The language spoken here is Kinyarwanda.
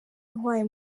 ntwaye